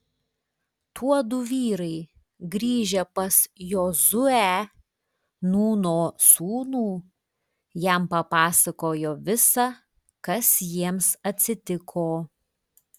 tuodu vyrai grįžę pas jozuę nūno sūnų jam papasakojo visa kas jiems atsitiko